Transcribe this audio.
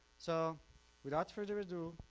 so without further ado,